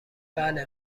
بله